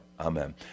Amen